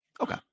Okay